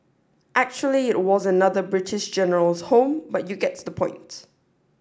actually it was another British General's home but you get the point